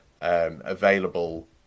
available